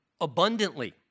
abundantly